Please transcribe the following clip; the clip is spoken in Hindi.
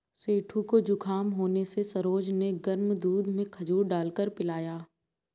सेठू को जुखाम होने से सरोज ने गर्म दूध में खजूर डालकर पिलाया